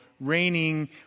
raining